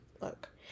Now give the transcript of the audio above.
look